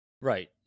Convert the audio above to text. Right